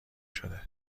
شده